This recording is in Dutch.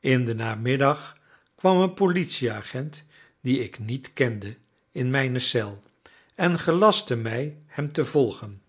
in den namiddag kwam een politieagent dien ik niet kende in mijne cel en gelastte mij hem te volgen